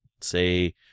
say